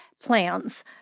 plans